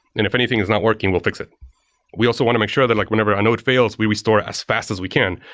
and if anything is not working, we'll fix it we also want to make sure that like whenever a node fails, we restore as fast as we can.